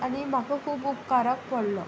आनी म्हाका खूब उपकाराक पडलो